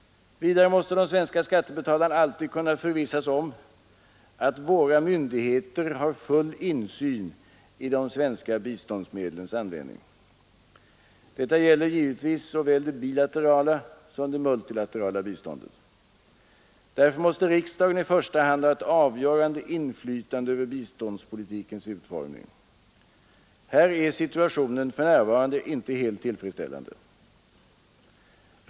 Vidare måste de svenska skattebetalarna alltid kunna förvissas om att våra myndigheter har full insyn i de svenska biståndsmedlens användning. Detta gäller givetvis såväl det bilaterala som det multilaterala biståndet. Därför måste riksdagen i första hand ha ett avgörande inflytande över biståndpolitikens utformning. Här är situationen för närvarande inte helt tillfredsställande.